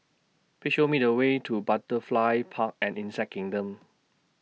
Please Show Me The Way to Butterfly Park and Insect Kingdom